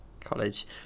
College